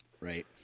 Right